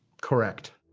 correct.